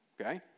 Okay